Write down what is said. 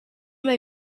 may